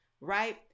right